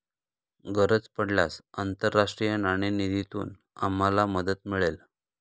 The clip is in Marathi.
गरज पडल्यास आंतरराष्ट्रीय नाणेनिधीतून आम्हाला मदत मिळेल